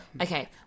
okay